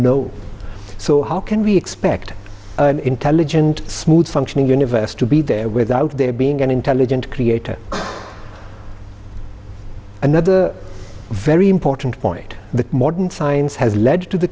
no so how can we expect an intelligent smooth functioning universe to be there without there being an intelligent creator another very important point the modern science has led to the